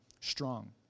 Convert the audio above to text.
strong